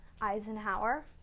Eisenhower